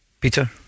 Peter